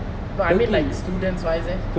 no I mean like students wise eh